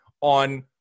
on